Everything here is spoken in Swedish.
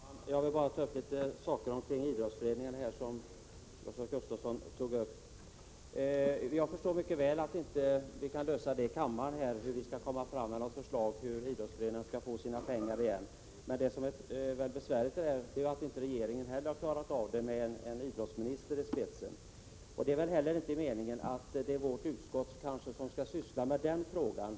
Herr talman! Jag vill bara ta upp en del saker beträffande det som Nils-Olof Gustafsson sade om idrottsföreningarna. Jag förstår mycket väl att vi inte här i kammaren kan komma fram till ett förslag om hur idrottsföreningarna skall få igen sina pengar. Men det som väl är besvärligt är att inte heller regeringen med en idrottsminister i spetsen har klarat av det. Det är väl kanske inte heller meningen att det är vårt utskott som skall syssla med den frågan.